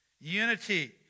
Unity